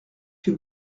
que